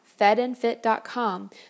fedandfit.com